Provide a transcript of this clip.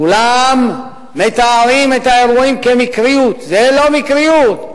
כולם מתארים את האירועים כמקריות, זו לא מקריות.